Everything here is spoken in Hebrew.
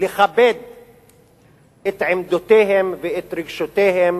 לכבד את עמדותיהם ואת רגשותיהם